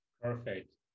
Perfect